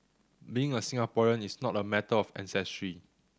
being a Singaporean is not a matter of ancestry